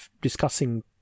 discussing